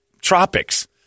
Tropics